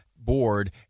Board